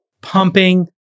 pumping